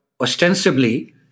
ostensibly